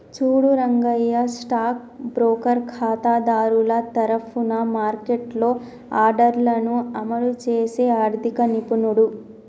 చూడు Rangayya stock broker ఖాతాదారుల తరఫున మార్కెట్లో ఆర్డర్లను అమలు చేసే ఆర్థిక నిపుణుడు